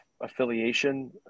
affiliation